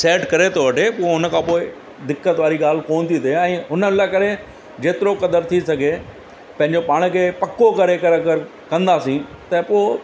set करे थो वठे पोइ हुन खां पोइ ई दिक़त वारी ॻाल्हि कोन थी थिए ऐं हुन लाइ करे जेतिरो क़दरु थी सघे पंहिंजो पाण खे पको करे करे अगरि कंदासीं त पोइ